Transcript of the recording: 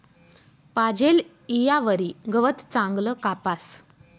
पाजेल ईयावरी गवत चांगलं कापास